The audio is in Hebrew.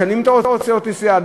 משלמים את הוצאות הנסיעה?